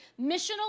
Missional